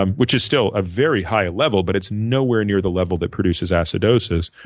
um which is still a very high level, but it's nowhere near the level that produces acidosis.